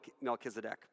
Melchizedek